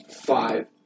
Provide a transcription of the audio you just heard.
five